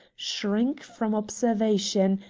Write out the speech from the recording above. shrink from observation,